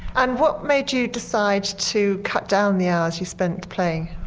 and what made you decide to cut down the hours you spent playing?